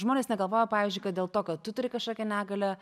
žmonės negalvoja pavyzdžiui kad dėl to kad tu turi kažkokią negalią